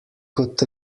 kot